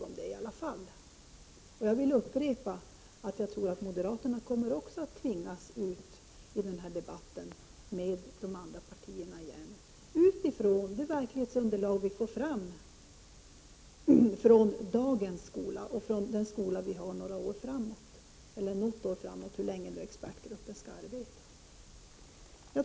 Jag upprepar att min uppfattning är att moderaterna nog också tvingas in i den här debatten med övriga partier med det verklighetsunderlag som vi får fram från dagens skola och från den skola vi kommer att ha något eller några år framöver, beroende på hur länge expertgruppen arbetar.